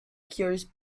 cures